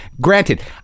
granted